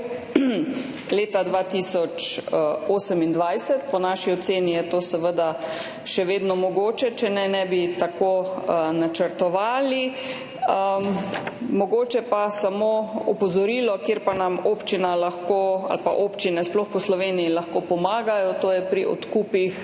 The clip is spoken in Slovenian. leta 2028. Po naši oceni je to seveda še vedno mogoče, če ne, ne bi tako načrtovali. Mogoče pa samo opozorilo, kjer pa nam občine, sploh po Sloveniji, lahko pomagajo, to je pri odkupih